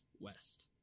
West